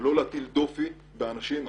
ולא להטיל דופי באנשים.